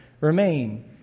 remain